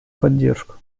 поддержку